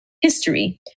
History